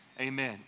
Amen